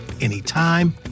anytime